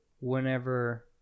whenever